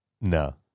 No